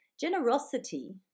Generosity